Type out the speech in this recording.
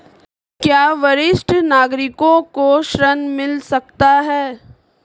क्या वरिष्ठ नागरिकों को ऋण मिल सकता है?